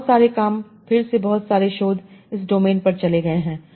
बहुत सारे काम फिर से बहुत सारे शोध इस डोमेन पर चले गए हैं